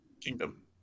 kingdom